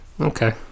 Okay